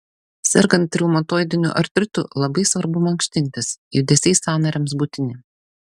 sergant reumatoidiniu artritu labai svarbu mankštintis judesiai sąnariams būtini